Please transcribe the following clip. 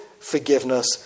forgiveness